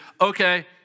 okay